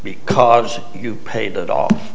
because you paid it off